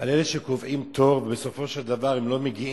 על אלה שקובעים תור ובסופו של דבר לא מגיעים